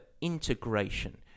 integration